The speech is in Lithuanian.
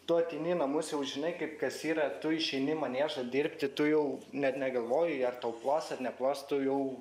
tu ateini į namus jau žinai kaip kas yra tu išeini į maniežą dirbti tu jau net negalvoji ar tau plos ar neplos tu jau